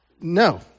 No